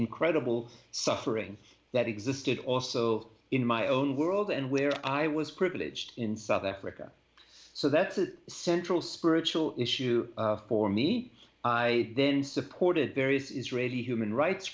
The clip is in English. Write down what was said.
incredible suffering that existed also in my own world and where i was privileged in south africa so that's a central spiritual issue for me i then supported various israeli human rights